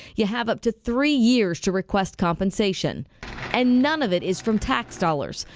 you have up to three years to request compensation and none of it is from tax dollars.